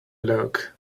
look